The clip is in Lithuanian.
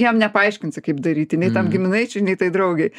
jam nepaaiškinsi kaip daryti nei tam giminaičiui nei tai draugei